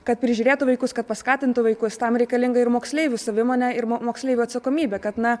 kad prižiūrėtų vaikus kad paskatintų vaikus tam reikalinga ir moksleivių savimonė ir moksleivių atsakomybė kad na